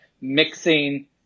mixing